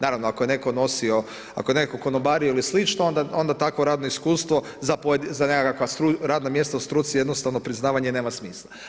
Naravno ako je netko nosio, ako je netko konobario ili slično onda takvo radno iskustvo za nekakva radna mjesta u struci jednostavno priznavanje nema smisla.